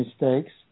mistakes